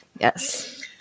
Yes